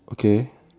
okay